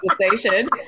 conversation